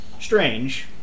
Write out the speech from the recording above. strange